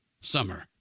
Summer